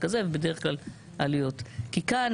כאן,